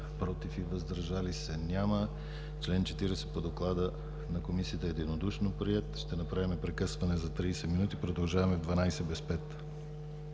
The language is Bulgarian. против и въздържали се няма. Член 40 по доклада на Комисията е единодушно приет. Ще направим прекъсване за 30 минути. Продължаваме в 11,55 ч.